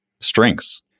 strengths